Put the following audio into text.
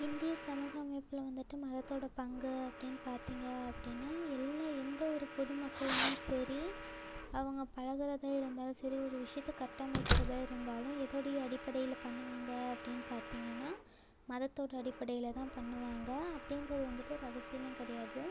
இந்திய சமூக அமைப்பில வந்துவிட்டு மதத்தோட பங்கு அப்படின்னு பார்த்தீங்க அப்படின்னா எல்லா எந்த ஒரு பொது மக்களுமே சரி அவங்க பழகுறதாக இருந்தாலும் சரி ஒரு விஷியத்தை கட்டமைக்கிறதாக இருந்தாலும் எதோடைய அடிப்படையில் பண்ணுவாங்க அப்படின்னு பார்த்தீங்கன்னா மதத்தோட அடிப்படையில் தான் பண்ணுவாங்க அப்படிங்கிறது வந்துவிட்டு ரகசியம்லாம் கிடையாது